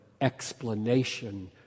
explanation